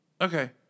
Okay